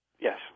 yes